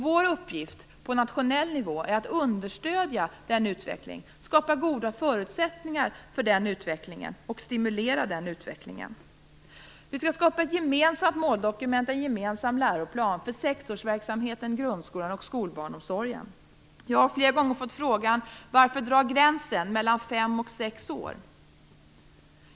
Vår uppgift på nationell nivå är att understödja den utvecklingen, att skapa goda förutsättningar för utvecklingen och att stimulera den. Vi skall skapa ett gemensamt måldokument och en gemensam läroplan för sexårsverksamheten, grundskolan och skolbarnomsorgen. Jag har flera gånger fått frågan: Varför dra gränsen mellan fem och sex år?